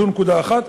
זאת נקודה אחת.